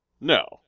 No